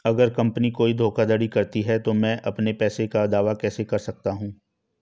अगर कंपनी कोई धोखाधड़ी करती है तो मैं अपने पैसे का दावा कैसे कर सकता हूं?